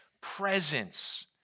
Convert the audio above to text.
presence